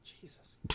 Jesus